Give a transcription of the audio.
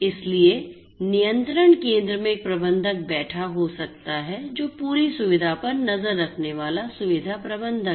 इसलिए नियंत्रण केंद्र में एक प्रबंधक बैठा हो सकता है जो पूरी सुविधा पर नज़र रखने वाला सुविधा प्रबंधक है